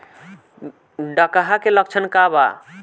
डकहा के लक्षण का वा?